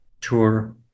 tour